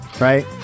right